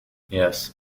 yes